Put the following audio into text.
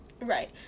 Right